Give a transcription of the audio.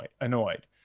annoyed